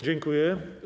Dziękuję.